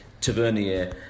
Tavernier